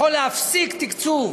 להפסיק תקצוב